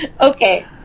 okay